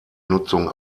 nutzung